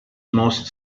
most